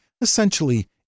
Essentially